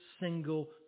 single